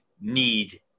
need